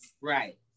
Right